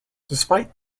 despite